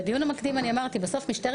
בדיון המקדים אני אמרתי שבסוף כאשר משטרת